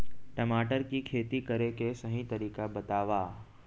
टमाटर की खेती करे के सही तरीका बतावा?